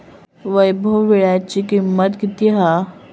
वैभव वीळ्याची किंमत किती हा?